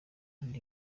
ndi